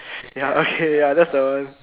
ya okay ya that's a